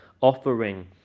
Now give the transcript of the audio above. offering